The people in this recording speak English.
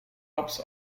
alps